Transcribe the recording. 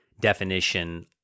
definition